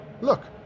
look